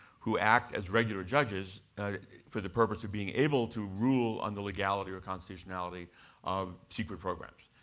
who act as regular judges for the purpose of being able to rule on the legality or constitutionality of secret programs.